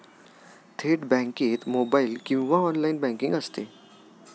थेट बँकेत मोबाइल किंवा ऑनलाइन बँकिंग असते